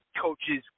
coaches